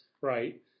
Right